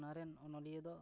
ᱚᱱᱟ ᱨᱮᱱ ᱚᱱᱚᱞᱤᱭᱟᱹ ᱫᱚ